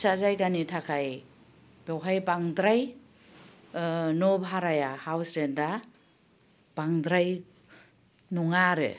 फिसा जायगानि थाखाय बेवहाय बांद्राय न' भाराया हाउस रेन्त आ बांद्राय नङा आरो